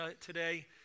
today